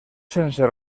sense